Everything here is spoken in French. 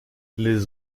les